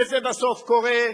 וזה בסוף קורה,